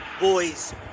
boys